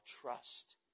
trust